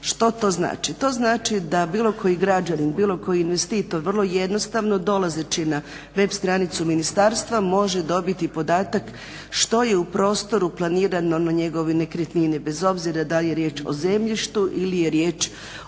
Što to znači? To znači da bilo koji građanin, bilo koji investitor vrlo jednostavno dolazeći na web stranicu ministarstva može dobiti podatak što je u prostoru planirano na njegovoj nekretnini bez obzira dal je riječ o zemljištu ili je riječ o